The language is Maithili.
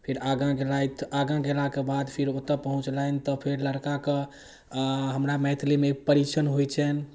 फेर आगाँ गेलथि आगाँ गेलाके बाद फेर ओतय पहुँचलनि तऽ फेर लड़काके हमरा मैथिलीमे एक परिछनि होइ छनि